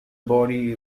body